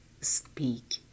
speak